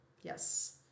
yes